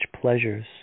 pleasures